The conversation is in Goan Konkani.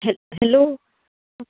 हॅ हॅलो